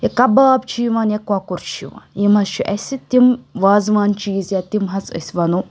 یا کَباب چھِ یِوان یا کۄکُر چھِ یِوان یِم حظ چھِ اَسہِ تِم وازوان چیٖز یا تِم حظ أسۍ وَنو